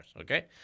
okay